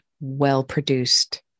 well-produced